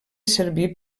servir